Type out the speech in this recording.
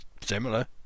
similar